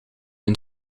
een